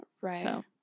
Right